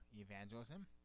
evangelism